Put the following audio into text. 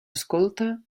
escolta